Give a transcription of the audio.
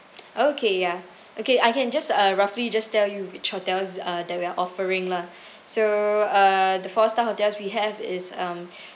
okay ya okay I can just uh roughly just tell you which hotels uh that we are offering lah so uh the four star hotels we have is um